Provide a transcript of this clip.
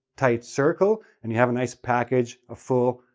tight circle and you have a nice package, a full,